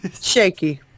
Shaky